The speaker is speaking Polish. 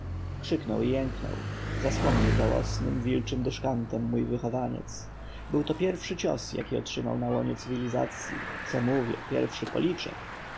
krzyknął i jęknął zaskomlił żałosnym wilczym dyszkantem mój wychowaniec był to pierwszy cios jaki otrzymał na łonie cywilizacyi co mówię pierwszy policzek